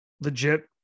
Legit